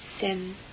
sin